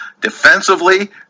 defensively